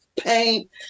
paint